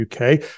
UK